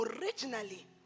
originally